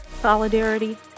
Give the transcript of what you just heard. solidarity